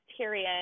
Tyrion